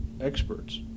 experts